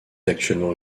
actuellement